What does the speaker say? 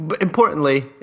importantly